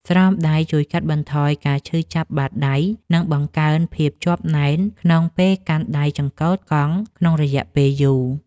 ស្រោមដៃជួយកាត់បន្ថយការឈឺចាប់បាតដៃ និងបង្កើនភាពជាប់ណែនក្នុងពេលកាន់ដៃចង្កូតកង់ក្នុងរយៈពេលយូរ។